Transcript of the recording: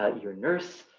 ah your nurse,